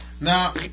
Now